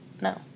No